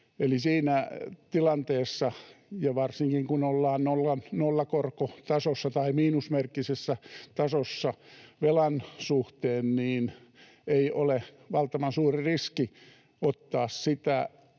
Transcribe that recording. siinä tilanteessa, ja varsinkin kun ollaan nollakorkotasossa tai miinusmerkkisessä tasossa velan suhteen, ei ole valtavan suuri riski ottaa sitä